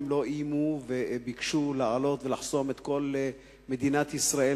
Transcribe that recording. הם לא איימו וביקשו לעלות ולחסום את כל מדינת ישראל,